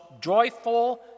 joyful